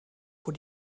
vor